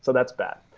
so that's bad.